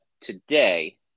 today